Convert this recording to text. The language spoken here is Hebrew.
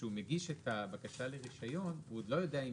כשהוא מגיש את הבקשה לרישיון הוא עוד לא יודע אם